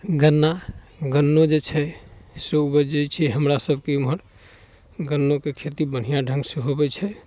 गन्ना गन्नो जे छै से उपजि जाइ छै हमरासबके ओम्हर गन्नोके खेती बढ़िआँ ढङ्गसँ होबै छै